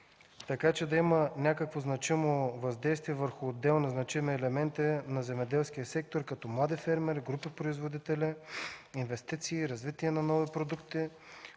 така че да има някакво значимо въздействие върху земеделския сектор – като млади фермери, група производители, инвестиции, развитие на нови продукти.